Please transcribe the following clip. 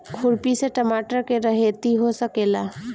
खुरपी से टमाटर के रहेती हो सकेला?